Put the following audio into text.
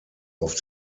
auf